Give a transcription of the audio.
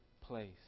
place